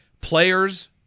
Players